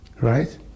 right